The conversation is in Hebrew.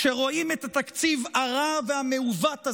כשרואים את התקציב הרע והמעוות הזה,